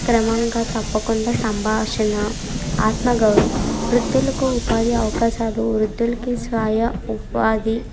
క్రమంగా తప్పకుండా సంభాషణ ఆత్మగౌరవం వృద్ధులకు ఉపాధి అవకాశాలు వృద్ధులకి స్వయం ఉపాధి